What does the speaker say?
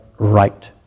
Right